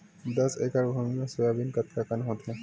दस एकड़ भुमि म सोयाबीन कतका कन होथे?